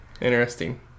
interesting